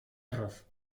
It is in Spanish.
arroz